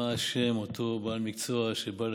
מה הוא